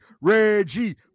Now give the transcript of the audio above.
Reggie